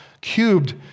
cubed